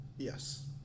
Yes